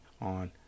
on